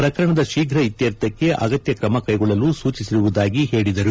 ಪ್ರಕರಣದ ಶೀಘ್ರ ಇತ್ಕಾರ್ಥಕ್ಕೆ ಅಗತ್ಯ ಕ್ರಮ ಕೈಗೊಳ್ಳಲು ಸೂಚಿಸಿರುವುದಾಗಿ ತಿಳಿಸಿದರು